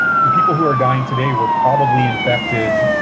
the people who are dying today were probably infected,